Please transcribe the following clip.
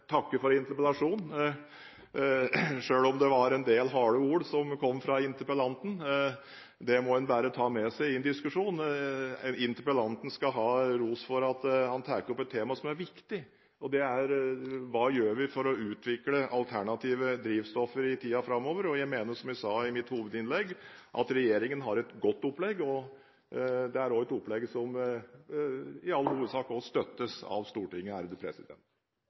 takke for interpellasjonen selv om det var en del harde ord som kom fra interpellanten. Det må en bare ta med seg i diskusjonen. Interpellanten skal ha ros for at han tar opp et tema som er viktig: Hva gjør vi for å utvikle alternative drivstoffer i tiden framover? Jeg mener, som jeg sa i mitt hovedinnlegg, at regjeringen har et godt opplegg, og det er et opplegg som i all hovedsak også støttes av Stortinget.